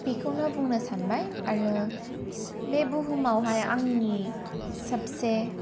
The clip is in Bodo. बेखौनो बुंनो सानबाय आरो बे बुहुमावहाय आंनि सोबसे